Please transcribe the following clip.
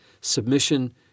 submission